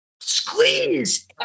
Squeeze